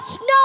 no